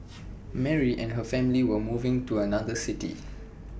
Mary and her family were moving to another city